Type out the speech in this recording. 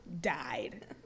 Died